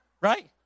right